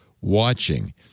watching